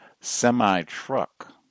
semi-truck